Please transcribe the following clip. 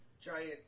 giant